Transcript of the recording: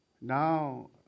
Now